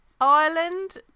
ireland